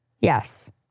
Yes